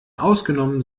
ausgenommen